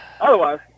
otherwise